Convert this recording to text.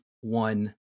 one